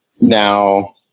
now